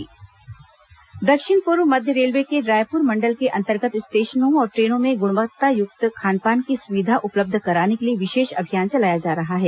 railway विशेष अभियान दक्षिण पूर्व मध्य रेलवे के रायपुर मंडल के अंतर्गत स्टेशनों और ट्रेनों में गुणवत्तायुक्त खानपान की सुविधा उपलब्ध कराने के लिए विशेष अभियान चलाया जा रहा है